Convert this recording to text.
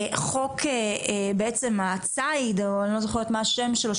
חוק הציד או אני לא זוכרת מה השם שלו,